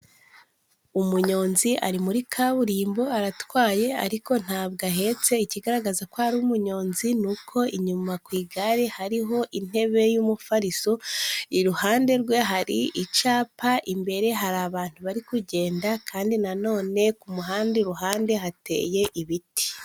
Umunyonzi ari muri kaburimbo aratwaye, ariko ntabwo ahetse, ikigaragaza ko ari umunyonzi, ni uko inyuma ku igare hariho intebe y'umufariso, iruhande rwe hari icyapa, imbere hari abantu bari kugenda, kandi na none ku muhanda iruhande hateye ibiti.